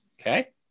Okay